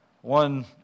One